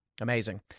Amazing